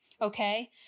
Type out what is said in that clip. okay